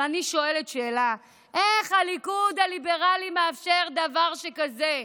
אבל אני שואלת שאלה: איך הליכוד הליברלי מאפשר דבר שכזה?